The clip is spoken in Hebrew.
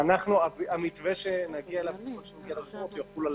המתווה שנגיע אליו יחול על